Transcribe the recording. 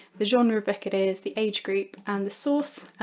the genre of book it is, the age group and the source.